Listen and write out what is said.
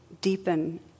deepen